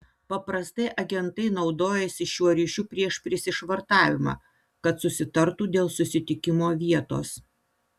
paprastai agentai naudojasi šiuo ryšiu prieš prisišvartavimą kad susitartų dėl susitikimo vietos